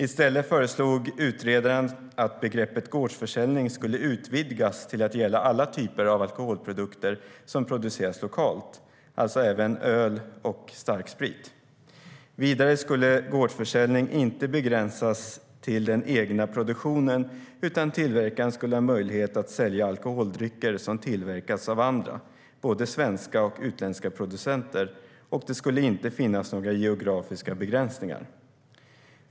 I stället föreslog utredaren att begreppet gårdsförsäljning skulle utvidgas till att gälla alla typer av alkoholprodukter som produceras lokalt, alltså även öl och starksprit. Vidare skulle gårdsförsäljning inte begränsas till den egna produktionen, utan tillverkaren skulle ha möjlighet att sälja alkoholdrycker som tillverkats av andra, både svenska och utländska producenter, och det skulle inte finnas några geografiska begränsningar.